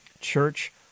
church